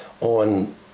on